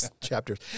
chapters